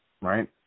right